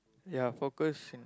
ya focus in